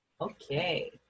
Okay